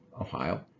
Ohio